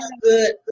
good